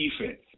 defense